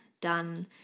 done